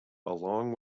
along